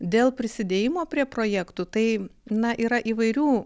dėl prisidėjimo prie projektų tai na yra įvairių